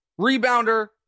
rebounder